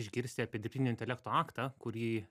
išgirsti apie dirbtinio intelekto aktą kurį